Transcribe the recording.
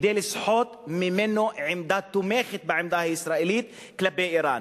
כדי לסחוט ממנו עמדה תומכת בעמדה הישראלית כלפי אירן.